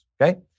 okay